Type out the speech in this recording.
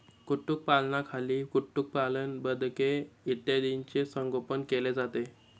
कुक्कुटपालनाखाली कुक्कुटपालन, बदके इत्यादींचे संगोपन केले जाते